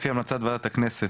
לפי המלצת ועדת הכנסת.